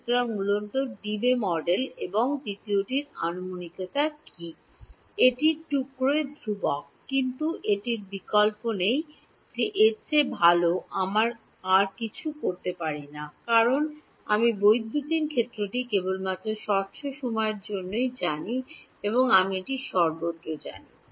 সুতরাং মূলত ড্যাবি মডেল এবং দ্বিতীয়টির আনুমানিকতা কী এটি ধ্রুবক কিন্তু এটির বিকল্প নেই যে এর চেয়ে ভাল আমরা আর কিছু করতে পারি না কারণ আমি বৈদ্যুতিন ক্ষেত্রটি কেবলমাত্র স্বচ্ছ সময়েই জানি আমি এটি সর্বত্র জানি না